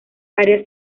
área